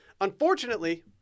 Unfortunately